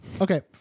Okay